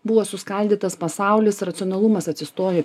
buvo suskaldytas pasaulis racionalumas atsistoja